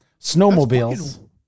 Snowmobiles